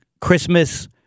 Christmas